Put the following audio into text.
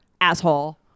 asshole